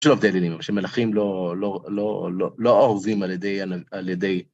יש לו הבדלים שמלכים לא אהובים על ידי...